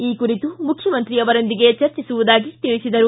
ಈ ಕುರಿತು ಮುಖ್ಯಮಂತ್ರಿ ಅವರೊಂದಿಗೆ ಚರ್ಚಿಸುವುದಾಗಿ ತಿಳಿಸಿದರು